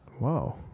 Wow